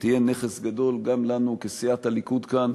תהיה נכס גדול גם לנו כסיעת הליכוד כאן